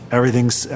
Everything's